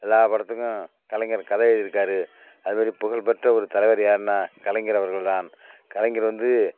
எல்லா படத்துக்கும் கலைஞர் கதை எழுதிருக்கார் அதுமாரி புகழ் பெற்ற ஒரு தலைவர் யாருன்னால் கலைஞர் அவர்கள்தான் கலைஞர் வந்து